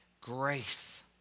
grace